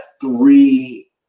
three